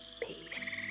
peace